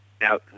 Now